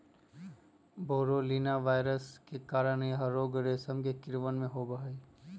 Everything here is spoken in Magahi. बोरोलीना वायरस के कारण यह रोग रेशम के कीड़वन में होबा हई